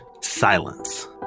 silence